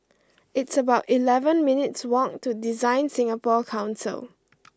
it's about eleven minutes' walk to DesignSingapore Council